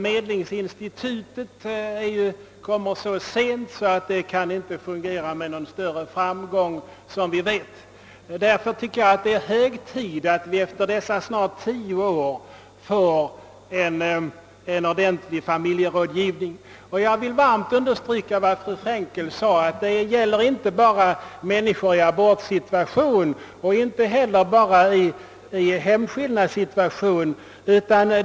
| Medlingsinstitutet träder in så sent att det inte kan fungera med någon större framgång, som vi vet. Det är därför hög tid att vi nu sedan snart tio års försöksverksamhet förflutit får en ordentlig ' familjerådgivning. Jag vill understryka vad fru Frenkel sade, nämligen att det inte bara gäller människor som står inför abort eller hemskillnad.